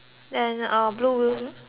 blue orh